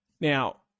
Now